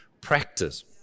practice